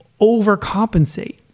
overcompensate